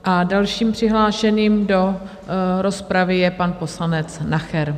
A dalším přihlášeným do rozpravy je pan poslanec Nacher.